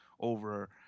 over